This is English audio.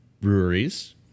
breweries